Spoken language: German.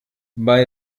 bei